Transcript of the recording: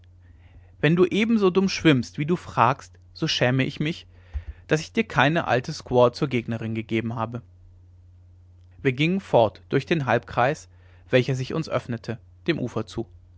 wenn du ebenso dumm schwimmst wie du fragst so schäme ich mich daß ich dir keine alte squaw zur gegnerin gegeben habe wir gingen fort durch den halbkreis welcher sich uns öffnete dem ufer zu